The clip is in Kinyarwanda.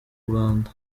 rwanda